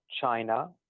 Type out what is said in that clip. China